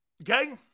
Okay